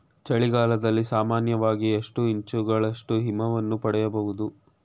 ಚಳಿಗಾಲದಲ್ಲಿ ಸಾಮಾನ್ಯವಾಗಿ ಎಷ್ಟು ಇಂಚುಗಳಷ್ಟು ಹಿಮವನ್ನು ಪಡೆಯಬಹುದು?